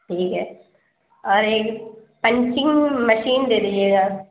ٹھیک ہے اور ایک پنچنگ مشین دے دیجیے گا